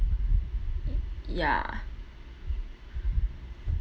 y~ ya